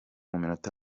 y’iminota